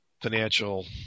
financial